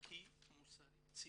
ערכי מוסרי ציוני,